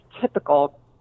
typical